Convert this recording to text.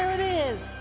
it is!